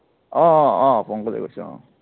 অঁ অঁ পঙ্কজে কৈছোঁ অঁ